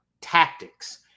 tactics